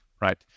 right